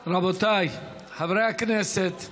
רבותיי, חברי הכנסת,